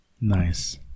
Nice